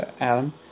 Adam